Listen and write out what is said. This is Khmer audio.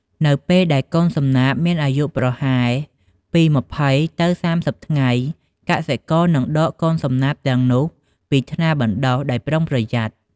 នៅពេលដែលកូនសំណាបមានអាយុប្រហែលពី ២០ ទៅ ៣០ ថ្ងៃកសិករនឹងដកកូនសំណាបទាំងនោះពីថ្នាលបណ្ដុះដោយប្រុងប្រយ័ត្ន។